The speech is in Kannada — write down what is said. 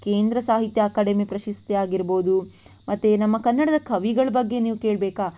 ಕೇಂದ್ರ ಸಾಹಿತ್ಯ ಅಕಾಡೆಮಿ ಪ್ರಶಸ್ತಿ ಆಗಿರಬಹುದು ಮತ್ತು ನಮ್ಮ ಕನ್ನಡದ ಕವಿಗಳ ಬಗ್ಗೆ ನೀವು ಕೇಳಬೇಕಾ